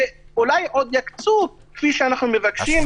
שאולי עוד יקצו כפי שאנחנו מבקשים.